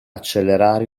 accelerare